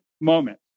moment